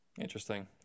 Interesting